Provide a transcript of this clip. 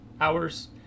Hours